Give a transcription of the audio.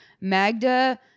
Magda